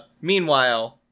Meanwhile